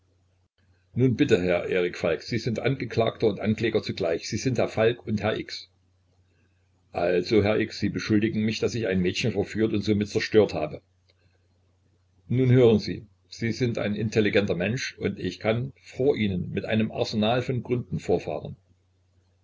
nun bitte herr erik falk sie sind angeklagter und ankläger zugleich sie sind herr falk und herr x also herr x sie beschuldigen mich daß ich ein mädchen verführt und somit zerstört habe nun hören sie sie sind ein intelligenter mensch und ich kann vor ihnen mit einem arsenal von gründen vorfahren